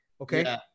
Okay